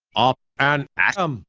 up and atom!